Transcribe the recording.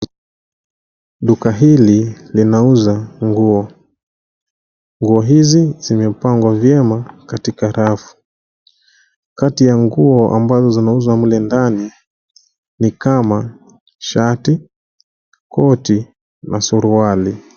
Duka hili linauza nguo. Nguyo hizi zimepangwa vyema katika rafu. Kati ya nguo ambazo zinauzwa mle ndani ni kama shati, koti na suruali.